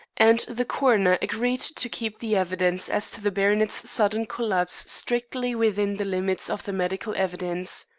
and the coroner agreed to keep the evidence as to the baronet's sudden collapse strictly within the limits of the medical evidence.